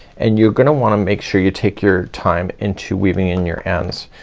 and you're gonna wanna make sure you take your time into weaving in your ends.